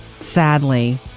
sadly